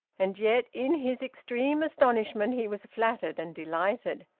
and yet, in his extreme astonishment, he was flattered and delighted.